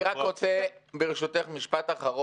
אני רק רוצה, ברשותך, לומר משפט אחרון.